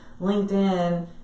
LinkedIn